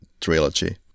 trilogy